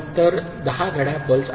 तर 10 घड्याळ पल्स आहेत